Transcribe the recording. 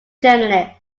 journalist